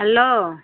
hello